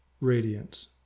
radiance